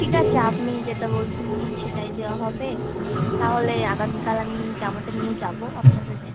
ঠিক আছে আপনি যেটা বলছেন সেটাই দেওয়া হবে তাহলে আগামীকাল আমি জামাটা নিয়ে যাবো আপনার কাছে